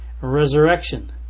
resurrection